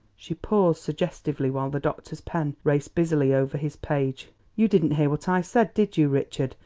she paused suggestively while the doctor's pen raced busily over his page. you didn't hear what i said, did you, richard?